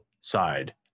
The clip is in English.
side